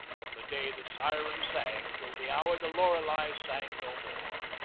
from the day the siren sang till the hour the lorelei sang no more.